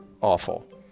awful